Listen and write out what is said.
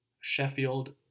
Sheffield